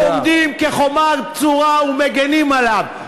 עומדים כחומה בצורה ומגינים עליו.